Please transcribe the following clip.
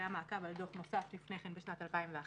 שהיה מעקב על דוח נוסף משנת 2011,